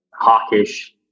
hawkish